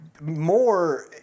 more